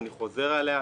אני חוזר עליה,